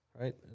right